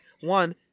One